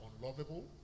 unlovable